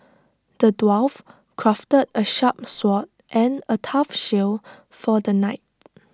the dwarf crafted A sharp sword and A tough shield for the knight